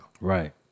Right